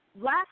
Last